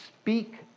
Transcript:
speak